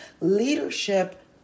leadership